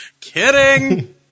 Kidding